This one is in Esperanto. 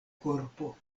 korpo